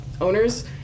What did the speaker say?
owners